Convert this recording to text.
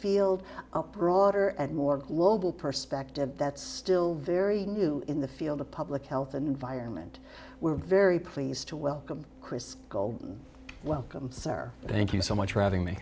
field broader and more global perspective that's still very new in the field of public health and environment we're very pleased to welcome chris gold welcome sir thank you so much for having me